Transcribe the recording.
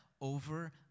Over